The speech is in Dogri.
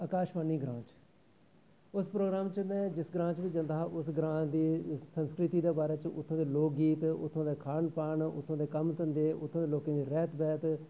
आकाशवाणी ग्रांऽ च उस प्रोग्राम च मैं जिस ग्रांऽ च बी जदां हा उस ग्रांऽ दी संस्कृति दे बारे च उत्थूं दे लोक गीत उत्थूं दा खान पान उत्थूं दे कम्म धंदे उत्थे दे लोकें दी रैह्त वैह्त